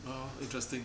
orh interesting